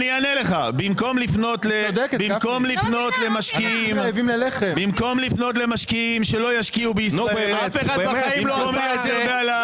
במקום ------ מולטי מיליונר שרוצה עוד תקציב ביגוד,